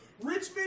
Richmond